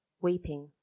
weeping